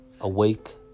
awake